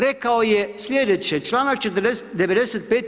Rekao je slijedeće, članak 95.